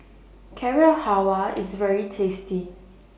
Carrot Halwa IS very tasty